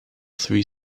three